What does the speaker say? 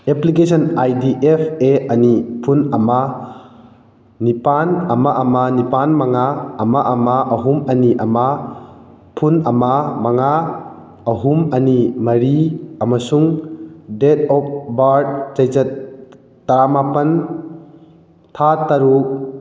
application I D F A ꯑꯅꯤ ꯐꯨꯟ ꯑꯃ ꯅꯤꯄꯥꯜ ꯑꯃ ꯑꯃ ꯅꯤꯄꯥꯜ ꯃꯉꯥ ꯑꯃ ꯑꯃ ꯑꯍꯨꯝ ꯑꯅꯤ ꯑꯃ ꯐꯨꯟ ꯑꯃ ꯃꯉꯥ ꯑꯍꯨꯝ ꯑꯅꯤ ꯃꯔꯤ ꯑꯃꯁꯨꯡ ꯗꯦꯠ ꯑꯣꯐ ꯕꯥꯔꯠ ꯆꯩꯆꯠ ꯇꯔꯥꯃꯥꯄꯜ ꯊꯥ ꯇꯔꯨꯛ